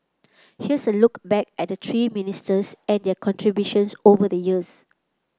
here's a look back at the three ministers and their contributions over the years